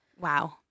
wow